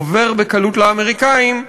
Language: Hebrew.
עובר בקלות לאמריקנים,